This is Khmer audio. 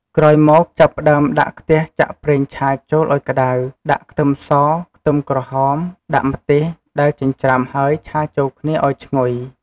ក្រោយមកចាប់ផ្តើមដាក់ខ្ទះចាក់ប្រេងឆាចូលឱ្យក្ដៅ ដាក់ខ្ទឹមស ខ្ទឹមក្រហម ដាក់ម្ទេសដែលចិញ្រ្ចាំហើយឆាចូលគ្នាឱ្យឈ្ងុយ។